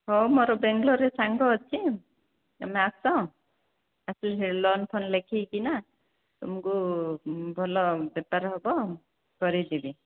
ହଉ ମୋର ବେଙ୍ଗଲୋର୍ରେ ସାଙ୍ଗ ଅଛି ତୁମେ ଆସ ଆସିଲେ ଲନ୍ ଫନ୍ ଲେଖିକିନା ତୁମକୁ ଭଲ ବେପାର ହେବ କରେଇଦେବି